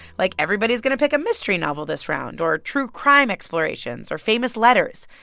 like everybody is going to pick a mystery novel this round or true crime explorations or famous letters.